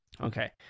Okay